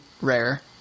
rare